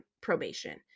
probation